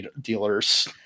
dealers